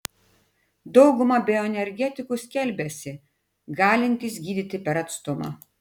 dauguma bioenergetikų skelbiasi galintys gydyti per atstumą